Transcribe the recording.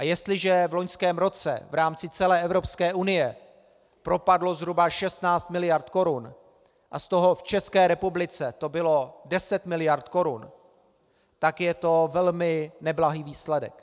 Jestliže v loňském roce v rámci celé Evropské unie propadlo zhruba 16 miliard korun a z toho v České republice to bylo 10 miliard korun, tak je to velmi neblahý výsledek.